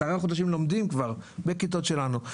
עשרה חודשים לומדים כבר בכיתות שלנו.